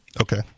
Okay